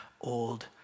old